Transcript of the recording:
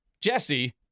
Jesse